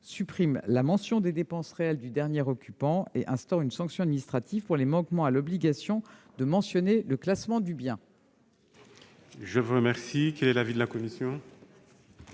supprimer la mention des dépenses réelles du dernier occupant et à instaurer une sanction administrative pour les manquements à l'obligation de mentionner le classement du bien. Quel est l'avis de la commission ?